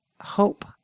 hope